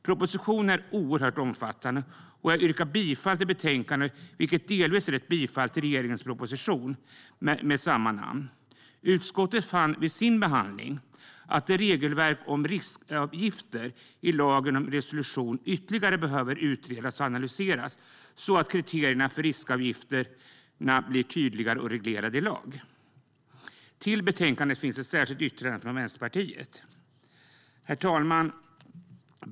Propositionen är oerhört omfattande. Jag yrkar bifall till utskottets förslag i betänkandet, vilket delvis är ett bifall till regeringens proposition med samma namn. Utskottet fann vid sin behandling att regelverket om riskavgifter i lagen om resolution ytterligare behöver utredas och analyseras, så att kriterierna för riskavgifterna blir tydligare reglerade i lag. Till betänkandet finns ett särskilt yttrande från Vänsterpartiet. Herr talman!